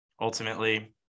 ultimately